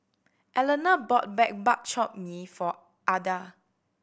Eleanor bought Bak Chor Mee for Ada